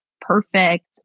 perfect